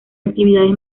actividades